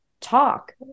talk